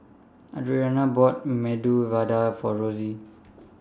Audrianna bought Medu Vada For Rosie